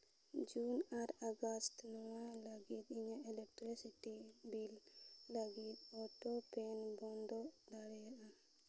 ᱡᱩᱱ ᱟᱨ ᱟᱜᱚᱥᱴ ᱱᱚᱣᱟ ᱞᱟᱹᱜᱤᱫ ᱤᱧᱟᱹᱜ ᱤᱞᱮᱠᱴᱨᱤᱥᱤᱴᱤ ᱵᱤᱞ ᱞᱟᱹᱜᱤᱫ ᱚᱴᱳ ᱯᱮᱢ ᱵᱚᱱᱫᱚ ᱫᱟᱲᱮᱭᱟᱜᱼᱟ